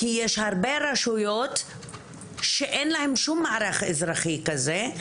כי יש הרבה רשויות שאין להן שום מערך אזרחי כזה,